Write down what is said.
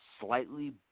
slightly